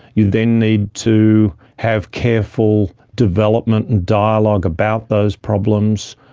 you then need to have careful development and dialogue about those problems,